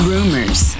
Rumors